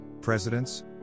presidents